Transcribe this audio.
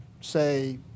say